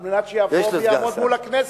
על מנת שיבוא ויעמוד מול הכנסת.